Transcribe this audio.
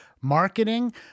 marketing